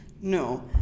no